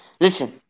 Listen